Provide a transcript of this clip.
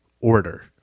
order